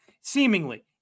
seemingly